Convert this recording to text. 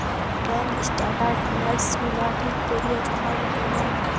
bank statements গুলা ঠিক ক্যইরে ছাপাঁয় লিতে হ্যয়